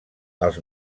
els